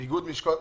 המסחר.